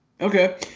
Okay